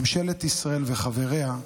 ממשלת ישראל וחבריה,